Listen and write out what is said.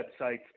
websites